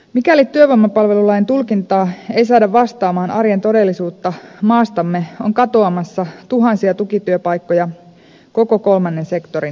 mikäli työvoimapalvelulain tulkintaa ei saada vastaamaan arjen todellisuutta maastamme on katoamassa tuhansia tukityöpaikkoja koko kolmannen sektorin kentältä